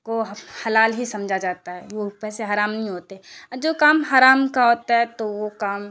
کو حلال ہی سمجھا جاتا ہے وہ پیسے حرام نہیں ہوتے اور جو کام حرام کا ہوتا ہے تو وہ کام